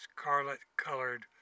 scarlet-colored